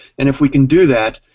and if we can do that,